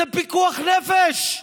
זה פיקוח נפש.